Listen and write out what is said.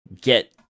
get